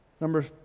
Number